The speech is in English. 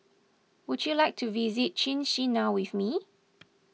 would you like to visit Chisinau with me